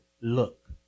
look